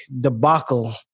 debacle